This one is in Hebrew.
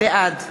בעד